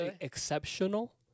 exceptional